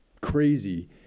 crazy